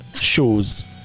shows